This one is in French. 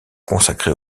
consacrés